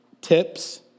tips